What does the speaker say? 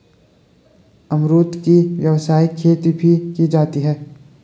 अमरुद की व्यावसायिक खेती भी की जाती है